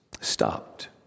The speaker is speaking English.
stopped